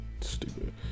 stupid